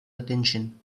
attention